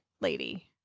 lady